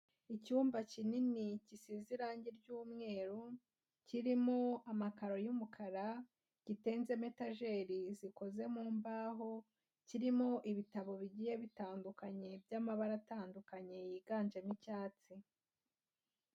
Icyumba kinini gisize irangi ry'umweru, kirimo amakaro y'umukara, gitenzemo etajeri zikoze mu mbaho, kirimo ibitabo bigiye bitandukanye by'amabara atandukanye yiganjemo icyatsi.